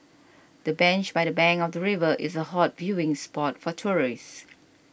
the bench by the bank of the river is a hot viewing spot for tourists